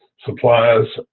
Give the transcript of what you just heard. suppliers.